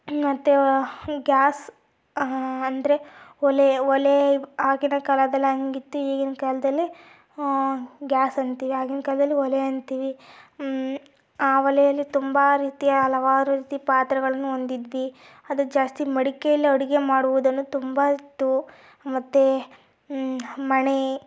ಮತ್ತೆ ಗ್ಯಾಸ್ ಅಂದರೆ ಒಲೆ ಒಲೆ ಆಗಿನ ಕಾಲದಲ್ಲಿ ಹಾಗಿತ್ತು ಈಗಿನ ಕಾಲದಲ್ಲಿ ಗ್ಯಾಸ್ ಅಂತೀವಿ ಆಗಿನ ಕಾಲದಲ್ಲಿ ಒಲೆ ಅಂತೀವಿ ಆ ಒಲೆಯಲ್ಲಿ ತುಂಬ ರೀತಿಯ ಹಲವಾರು ರೀತಿ ಪಾತ್ರೆಗಳನ್ನು ಹೊಂದಿದ್ವಿ ಆದರೆ ಜಾಸ್ತಿ ಮಡಿಕೆಯಲ್ಲಿ ಅಡುಗೆ ಮಾಡುವುದನ್ನು ತುಂಬ ಇತ್ತು ಮತ್ತೆ ಮಣೆ